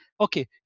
Okay